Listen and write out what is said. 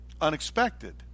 unexpected